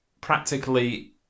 practically